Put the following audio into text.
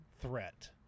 threat